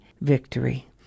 victory